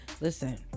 Listen